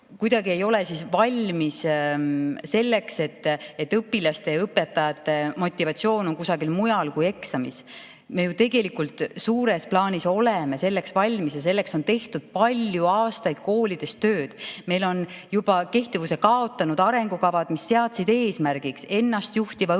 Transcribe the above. kuidagi valmis selleks, et õpilasi ja õpetajaid motiveeriks miski muu, et see ei oleks mitte eksam. Me ju tegelikult suures plaanis oleme selleks valmis ja selleks on tehtud palju aastaid koolides tööd. Meil on juba kehtivuse kaotanud arengukavad, mis seadsid eesmärgiks ennastjuhtiva õpilase,